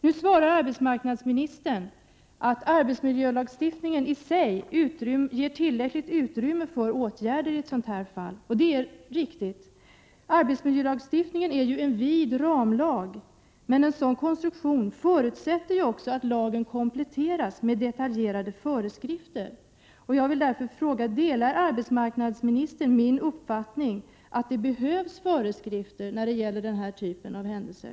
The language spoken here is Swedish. Nu svarar arbetsmarknadsministern att arbetsmiljölagstiftningen i sig ger tillräckligt med utrymme för åtgärder i ett sådant här fall, och det är riktigt. Arbetsmiljölagstiftningen är ju en vid ramlag, och en sådan konstruktion förutsätter att lagen kompletteras med detaljerade föreskrifter. Jag vill därför fråga: Delar arbetsmarknadsministern min uppfattning att det behövs föreskrifter när det gäller den här typen av händelser?